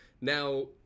Now